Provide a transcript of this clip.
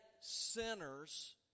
sinners